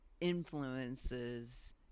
influences